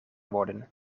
worden